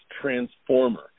transformer